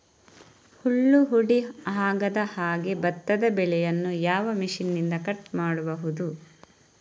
ಹುಲ್ಲು ಹುಡಿ ಆಗದಹಾಗೆ ಭತ್ತದ ಬೆಳೆಯನ್ನು ಯಾವ ಮಿಷನ್ನಿಂದ ಕಟ್ ಮಾಡಬಹುದು?